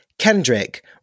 Kendrick